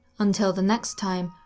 until the next time,